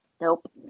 Nope